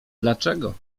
dlaczego